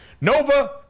Nova